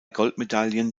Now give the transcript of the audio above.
goldmedaillen